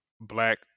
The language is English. black